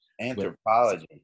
Anthropology